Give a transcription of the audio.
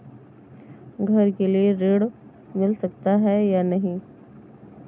घर के लिए ऋण मिल सकता है या नहीं?